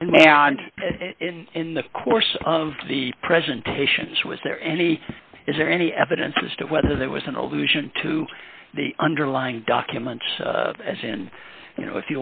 in the course of the presentations was there any is there any evidence as to whether there was an allusion to the underlying documents as in you know if